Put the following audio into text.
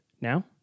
Now